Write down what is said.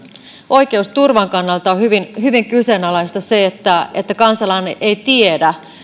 oikeusturvan kannalta on hyvin hyvin kyseenalaista se että kansalainen ei tiedä